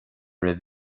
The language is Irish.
roimh